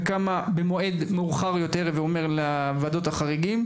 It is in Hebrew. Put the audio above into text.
וכמה במועד מאוחר יותר שעובר לוועדות החריגים.